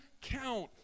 count